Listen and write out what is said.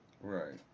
Right